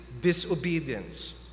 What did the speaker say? disobedience